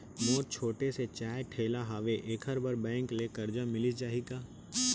मोर छोटे से चाय ठेला हावे एखर बर बैंक ले करजा मिलिस जाही का?